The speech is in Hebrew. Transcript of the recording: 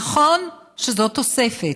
נכון שזאת תוספת,